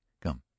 Come